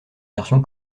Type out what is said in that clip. version